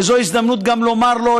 וזו הזדמנות גם לומר לו,